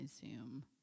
Zoom